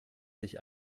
sich